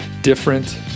different